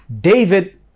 David